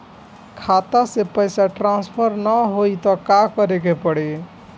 खाता से पैसा टॉसफर ना होई त का करे के पड़ी?